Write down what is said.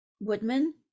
Woodman